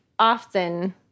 Often